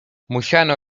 musiano